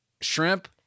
Shrimp